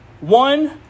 One